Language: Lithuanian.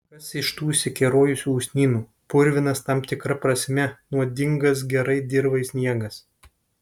kas iš tų išsikerojusių usnynų purvinas tam tikra prasme nuodingas gerai dirvai sniegas